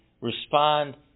respond